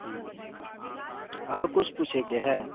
आओर किछु पुछैके हइ